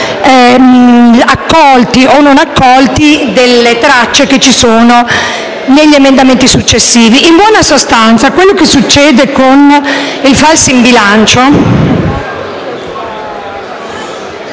accolte o non accolte, presenti negli emendamenti successivi. In buona sostanza, quello che succede con il falso in bilancio*...